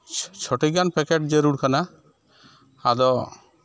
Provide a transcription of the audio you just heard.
ᱪᱷᱚᱴᱤ ᱜᱟᱱ ᱯᱮᱠᱮᱴ ᱡᱟᱹᱨᱩᱲ ᱠᱟᱱᱟ ᱟᱫᱚ